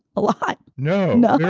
a lot no no?